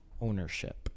ownership